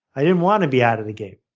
i didn't want to be out of the game.